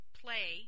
play